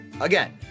Again